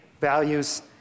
values